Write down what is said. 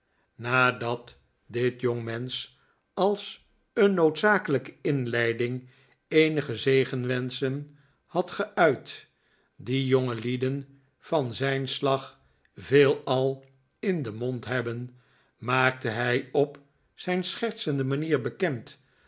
nadat dit jongmensch als een noodzakelijke inleiding eenige zegenwenscften had geuit die jongelieden van zijn slag veelal in den mohd hebben maakte hij op zijn schertsende manier bekend